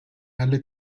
alle